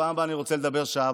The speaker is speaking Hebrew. בפעם הבאה אני רוצה לדבר שעה,